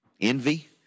envy